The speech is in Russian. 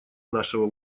нашего